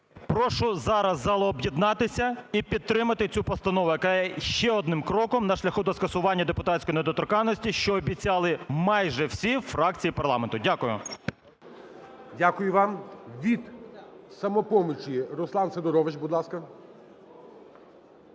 Прошу зараз залу об'єднатися і підтримати цю постанову, яка є ще одним кроком на шляху до скасування депутатської недоторканності, що обіцяли майже всі фракції парламенту. Дякую. ГОЛОВУЮЧИЙ. Дякую вам. Від "Самопомочі" Руслан Сидорович, будь ласка.